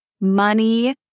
money